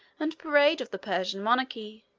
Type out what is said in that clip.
and parade of the persian monarchy.